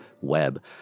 web